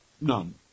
None